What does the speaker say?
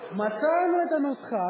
מצאנו את הנוסחה,